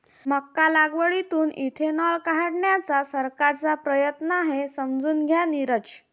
मका लागवडीतून इथेनॉल काढण्याचा सरकारचा प्रयत्न आहे, समजून घ्या नीरज